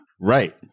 Right